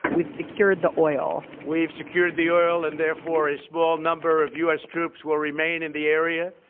we've secured the oil we've secured the oil and therefore a small number of u s. troops will remain in the area